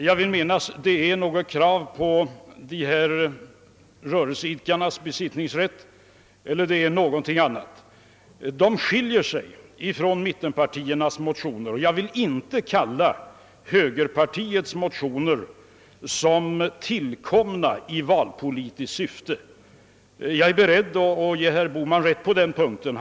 Jag vill minnas att de upptar några krav på rörelseidkarnas besittningsrätt eller något liknande. De skiljer sig alltså från mittenpartiernas motioner, och jag vill inte påstå att högerpartiets motioner är tillkomna i valpolitiskt syfte — jag är beredd att ge herr Bohman rätt på der. punkten.